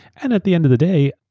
and at the end of the day,